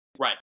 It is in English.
Right